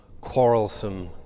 quarrelsome